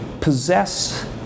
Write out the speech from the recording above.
possess